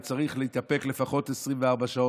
וצריך להתאפק לפחות 24 שעות.